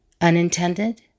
unintended